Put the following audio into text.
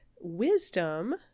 wisdom